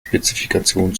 spezifikation